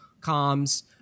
comms